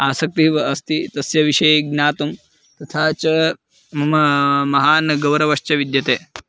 आसक्तिः वा अस्ति तस्य विषये ज्ञातुं तथा च ममा महान् गौरवश्च विद्यते